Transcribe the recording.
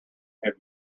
have